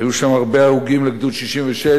היו שם הרבה הרוגים לגדוד 66,